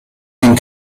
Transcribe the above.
den